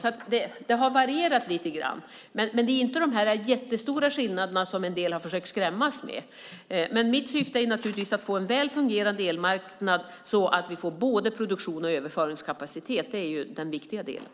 Det har alltså varierat lite grann, men det är inte de jättestora skillnader som en del har försökt skrämmas med. Mitt syfte är naturligtvis att få en väl fungerande elmarknad så att vi får både produktions och överföringskapacitet. Det är den viktiga delen.